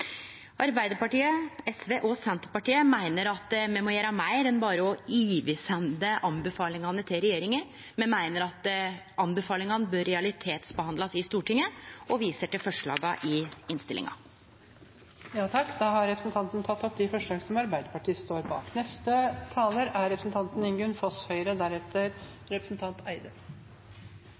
Arbeidarpartiet, SV og Senterpartiet meiner at me må gjere meir enn berre å sende anbefalingane over til regjeringa, me meiner at anbefalingane bør realitetsbehandlast i Stortinget. Eg tek opp forslaget i innstillinga. Da har representanten Lene Vågslid tatt opp